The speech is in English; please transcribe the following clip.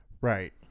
Right